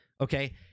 Okay